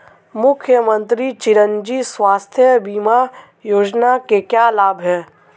मुख्यमंत्री चिरंजी स्वास्थ्य बीमा योजना के क्या लाभ हैं?